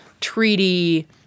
treaty